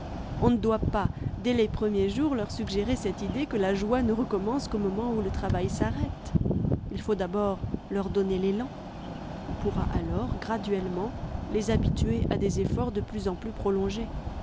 on ne doit pas dès les premiers jours leur suggérer cette idée que la joie ne recommence qu'au moment où le travail s'arrête il faut d'abord leur donner l'élan on pourra alors graduellement les habituer à des elforts de plus en plus prolongés